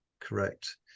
correct